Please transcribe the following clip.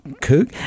Cook